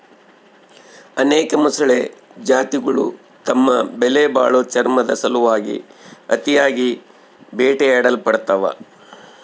ಅನೇಕ ಮೊಸಳೆ ಜಾತಿಗುಳು ತಮ್ಮ ಬೆಲೆಬಾಳೋ ಚರ್ಮುದ್ ಸಲುವಾಗಿ ಅತಿಯಾಗಿ ಬೇಟೆಯಾಡಲ್ಪಡ್ತವ